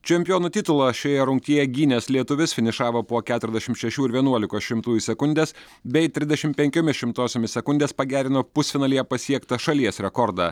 čempionų titulą šioje rungtyje gynęs lietuvis finišavo po keturiasdešim šešių ir vienuolikos šimtųjų sekundės bei trisdešim penkiomis šimtosiomis sekundės pagerino pusfinalyje pasiektą šalies rekordą